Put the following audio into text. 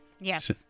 Yes